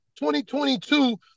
2022